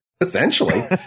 Essentially